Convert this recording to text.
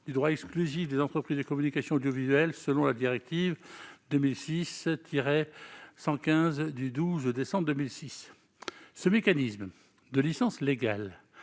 du droit exclusif des entreprises de communication audiovisuelle selon la directive 2006/115/CE du 12 décembre 2006. Ce mécanisme de licence légale